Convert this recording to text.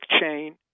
chain